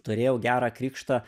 turėjau gerą krikštą